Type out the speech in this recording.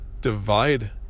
divide